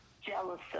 jealous